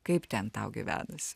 kaip ten tau gyvenas